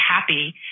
happy